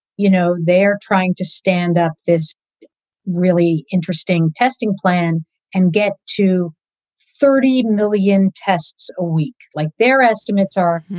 you know, they're trying to stand up this really interesting testing plan and get to thirty million tests a week like their estimates are.